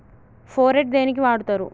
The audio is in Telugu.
ఫోరెట్ దేనికి వాడుతరు?